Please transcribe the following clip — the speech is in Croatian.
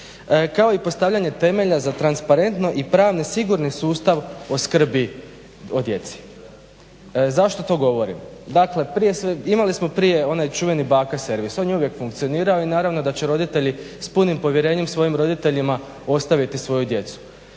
kao i postavljanje temelja za transparentno i pravni sigurni sustav o skrbi o djeci. Zašto to govorim? Dakle imali smo prije onaj čuveni baka servis, on je uvijek funkcionirao i naravno da će roditelji s punim povjerenjem svojim roditeljima ostaviti svoju djecu.